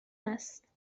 است